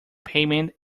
payment